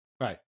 Right